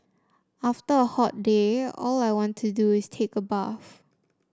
after a hot day all I want to do is take a bath